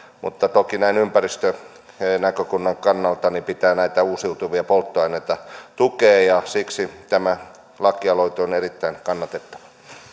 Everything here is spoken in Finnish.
mutta toki näin ympäristönäkökulman kannalta pitää näitä uusiutuvia polttoaineita tukea ja siksi tämä lakialoite on erittäin kannatettava